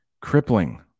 crippling